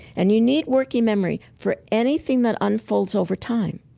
and you need working memory for anything that unfolds over time.